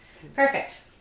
perfect